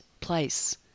place